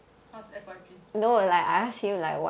how's F_Y_P